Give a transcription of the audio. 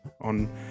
on